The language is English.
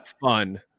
fun